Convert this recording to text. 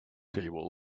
table